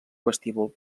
vestíbul